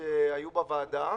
שהיו בוועדה.